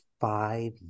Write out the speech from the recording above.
five